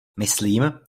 myslím